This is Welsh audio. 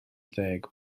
deg